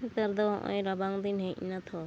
ᱱᱮᱛᱟᱨ ᱫᱚ ᱱᱚᱜᱼᱚᱭ ᱨᱟᱵᱟᱝ ᱫᱤᱱ ᱦᱮᱡ ᱮᱱᱟ ᱛᱚ